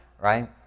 right